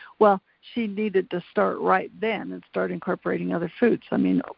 well, she needed to start right then and start incorporating other foods. i mean,